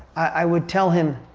i would tell him,